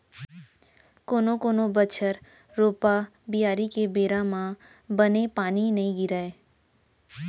कोनो कोनो बछर रोपा, बियारी के बेरा म बने पानी नइ गिरय